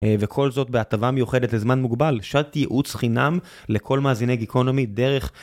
וכל זאת בהטבה מיוחדת לזמן מוגבל, שעת ייעוץ חינם לכל מאזיני גיקונומי דרך...